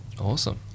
Awesome